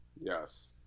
Yes